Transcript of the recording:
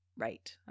Right